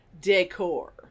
decor